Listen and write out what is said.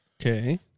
okay